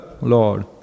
Lord